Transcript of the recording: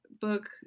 book